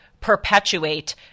perpetuate